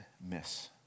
miss